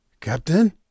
Captain